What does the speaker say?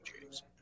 James